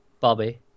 Bobby